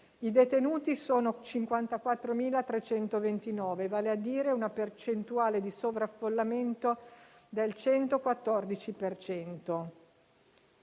i detenuti sono 54.329, vale a dire una percentuale di sovraffollamento del 114